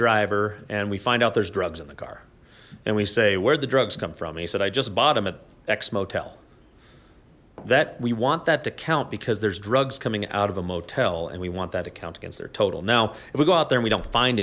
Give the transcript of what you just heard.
driver and we find out there's drugs in the car and we say where'd the drugs come from he said i just bought him at x motel that we want that to count because there's drugs coming out of a motel and we want that against their total now if we go out there and we don't find